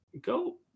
go